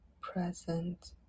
present